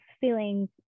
feelings